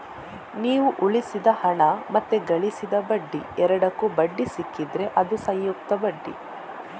ನೀವು ಉಳಿಸಿದ ಹಣ ಮತ್ತೆ ಗಳಿಸಿದ ಬಡ್ಡಿ ಎರಡಕ್ಕೂ ಬಡ್ಡಿ ಸಿಕ್ಕಿದ್ರೆ ಅದು ಸಂಯುಕ್ತ ಬಡ್ಡಿ